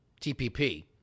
TPP